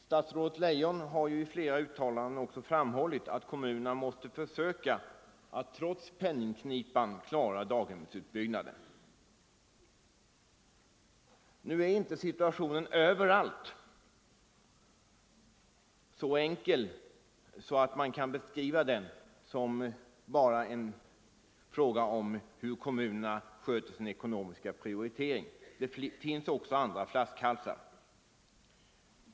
Statsrådet Leijon har i flera uttalanden också framhållit att kommunerna trots penningknipan måste försöka klara daghemsutbyggnaden. Nu är inte situationen överallt så enkel att man kan beskriva den som bara en fråga om hur kommunerna sköter sin ekonomiska prioritering. Det finns också andra flaskhalsar.